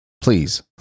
please